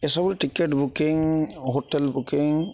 ଏସବୁ ticket booking hotel booking